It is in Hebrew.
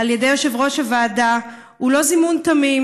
על ידי יושב ראש הוועדה הוא לא זימון תמים,